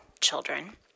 children